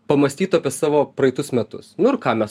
pamąstytų apie savo praeitus metus nu ir ką mes